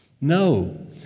No